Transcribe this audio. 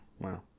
Wow